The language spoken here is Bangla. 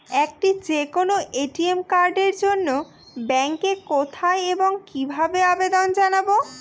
একটি যে কোনো এ.টি.এম কার্ডের জন্য ব্যাংকে কোথায় এবং কিভাবে আবেদন জানাব?